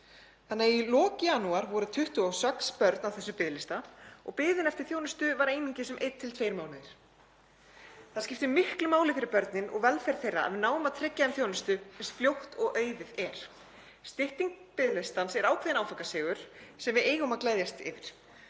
þannig að í lok janúar voru 26 börn á þessum biðlista og biðin eftir þjónustu var einungis um einn til tveir mánuðir. Það skiptir miklu máli fyrir börnin og velferð þeirra að við náum að tryggja þeim þjónustu eins fljótt og auðið er. Stytting biðlistans er ákveðinn áfangasigur sem við eigum að gleðjast yfir.